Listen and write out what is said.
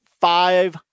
five